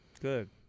good